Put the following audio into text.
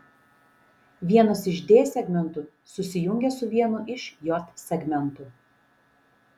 vienas iš d segmentų susijungia su vienu iš j segmentų